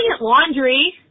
laundry